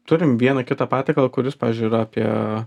turim vieną kitą patiekalą kuris pavyzdžiui yra apie